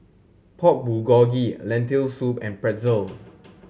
Pork Bulgogi Lentil Soup and Pretzel